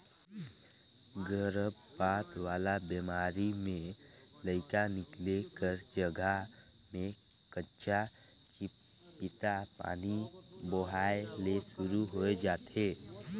गरभपात वाला बेमारी में लइका निकले कर जघा में कंचा चिपपिता पानी बोहाए ले सुरु होय जाथे